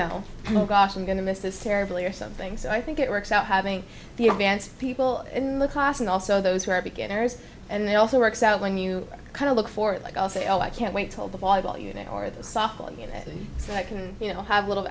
know oh gosh i'm going to miss this terribly or something so i think it works out having the advanced people in the class and also those who are beginners and they also works out when you kind of look for it like i'll say oh i can't wait to hold the ball well you know or the softball you know so i can you know have a little